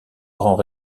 grand